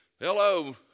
hello